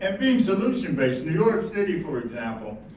and being solution based in new york city, for example